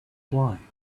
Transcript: blind